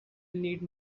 need